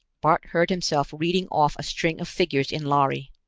bart heard himself reading off a string of figures in lhari.